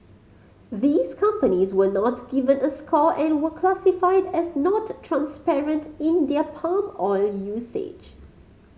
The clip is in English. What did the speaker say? these companies were not given a score and were classified as not transparent in their palm oil usage